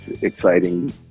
exciting